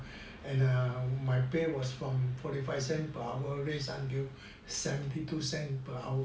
err my pay was from forty five cents raised until seventy two cents per hour